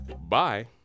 bye